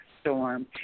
storm